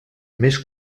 més